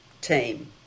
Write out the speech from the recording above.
team